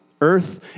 Earth